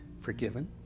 forgiven